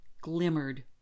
glimmered